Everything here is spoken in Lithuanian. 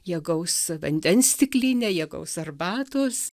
jie gaus vandens stiklinę jie gaus arbatos